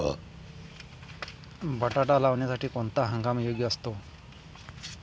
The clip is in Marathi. बटाटा लावण्यासाठी कोणता हंगाम योग्य असतो?